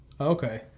okay